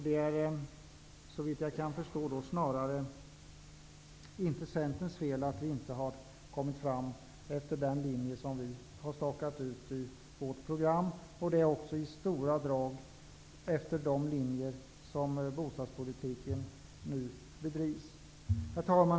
Det är såvitt jag kan förstå inte Centerns fel att bostadspolitiken inte har förts efter den linje som vi har stakat ut i vårt program. Men det är i stora drag efter dessa linjer som bostadspolitiken nu bedrivs. Herr talman!